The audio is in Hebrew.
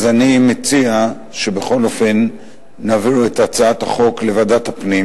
אז אני מציע שבכל אופן נעביר את ההצעה לוועדת הפנים